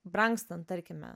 brangstant tarkime